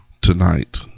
tonight